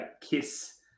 kiss